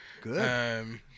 Good